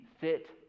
fit